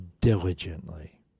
diligently